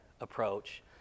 approach